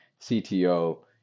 CTO